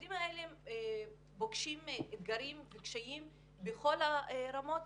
העובדים האלה פוגשים אתגרים וקשיים בכל הרמות,